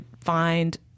find